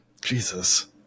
Jesus